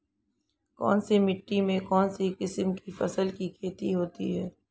कौनसी मिट्टी में कौनसी किस्म की फसल की खेती होती है?